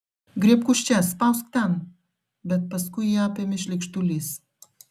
griebk už čia spausk ten bet paskui jį apėmė šleikštulys